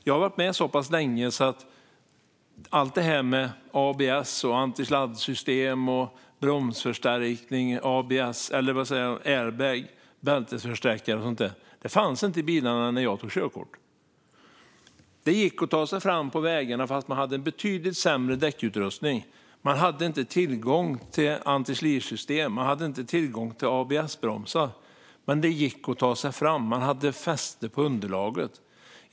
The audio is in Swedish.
Jag har varit med så pass länge att ABS, antisladdsystem, bromsförstärkning, airbag, bältesförsträckare och allt sådant inte fanns i bilarna när jag tog körkort. Det gick att ta sig fram på vägarna fast man hade betydligt sämre däckutrustning. Man hade inte tillgång till antislirsystem eller ABS-bromsar. Men det gick att ta sig fram; man hade fäste på underlaget.